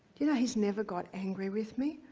you know he's never got angry with me.